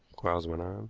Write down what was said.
quarles went on.